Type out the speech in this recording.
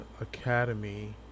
academy